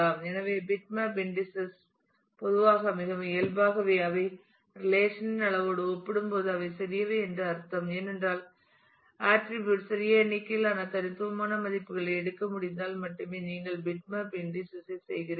எனவே bitmap indices பொதுவாக மிகவும் இயல்பாகவே அவை ரிலேசன் இன் அளவோடு ஒப்பிடும்போது அவை சிறியவை என்று அர்த்தம் ஏனென்றால் அட்ரிபியூட் சிறிய எண்ணிக்கையிலான தனித்துவமான மதிப்புகளை எடுக்க முடிந்தால் மட்டுமே நீங்கள் பிட்மேப் இன்டீஸஸ் ஐ செய்கிறீர்கள்